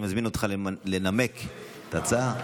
אני מזמין אותך לנמק את ההצעה.